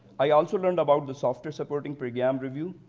i also learned about the software supporting program review,